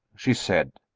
she said.